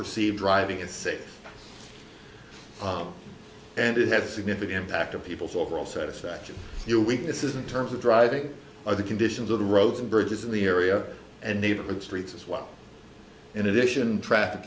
perceive driving as safe and it has a significant impact on people's overall satisfaction your weaknesses in terms of driving or the conditions of the roads and bridges in the area and neighborhood streets as well in addition traffic